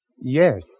Yes